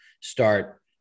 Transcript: start